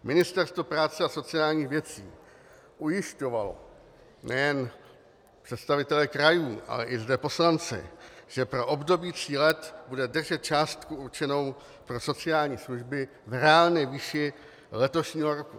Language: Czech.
Ministerstvo práce a sociálních věcí ujišťovalo nejen představitele krajů, ale i zde poslance, že pro období tří let bude držet částku určenou pro sociální služby v reálné výši letošního roku.